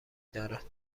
دارد